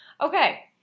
Okay